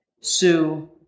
Sue